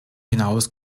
hinaus